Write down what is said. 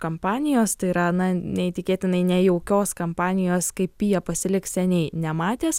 kampanijos tai yra na neįtikėtinai nejaukios kampanijos kaip pija pasilik seniai nematęs